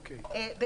(שקף: מספר נפגעים בשנת 2020 לפי חודש וחומרת פגיעה).